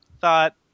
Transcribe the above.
thought